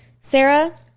Sarah